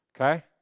Okay